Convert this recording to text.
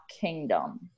kingdom